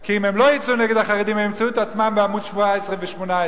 כי אם הם לא יצאו נגד החרדים הם ימצאו את עצמם בעמודים 17 ו-18.